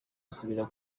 asubira